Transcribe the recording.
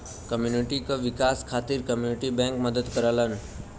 community क विकास खातिर कम्युनिटी बैंक मदद करलन